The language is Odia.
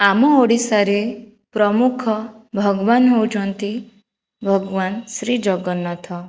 ଆମ ଓଡ଼ିଶାରେ ପ୍ରମୁଖ ଭଗବାନ ହେଉଛନ୍ତି ଭଗବାନ ଶ୍ରୀ ଜଗନ୍ନାଥ